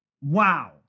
Wow